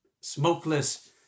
smokeless